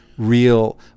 real